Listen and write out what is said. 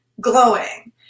glowing